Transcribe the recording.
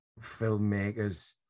filmmakers